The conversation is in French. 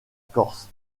corse